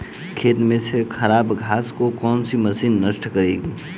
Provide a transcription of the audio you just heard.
खेत में से खराब घास को कौन सी मशीन नष्ट करेगी?